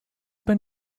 been